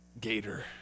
Gator